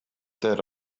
that